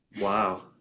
Wow